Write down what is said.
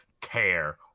care